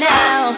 now